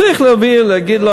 צריך להגיד,